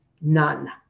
none